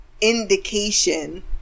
indication